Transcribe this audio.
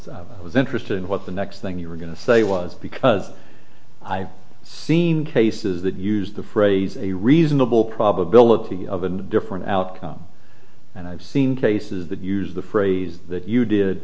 i was interested in what the next thing you were going to say was because i've seen cases that use the phrase a reasonable probability of a different outcome and i've seen cases that use the phrase that you did